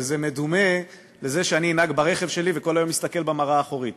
וזה דומה לזה שאני אנהג ברכב שלי וכל היום אסתכל במראה האחורית